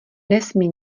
nesmí